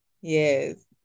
Yes